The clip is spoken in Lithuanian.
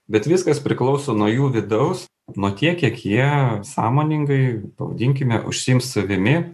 bet viskas priklauso nuo jų vidaus nuo tiek kiek jie sąmoningai pavadinkime užsiims savimi